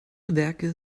werke